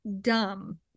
dumb